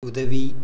உதவி